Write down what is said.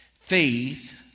Faith